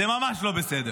זה ממש לא בסדר.